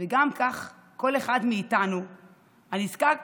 וכך גם כל אחד מאיתנו הנזקק